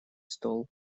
стол